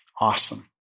Awesome